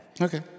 Okay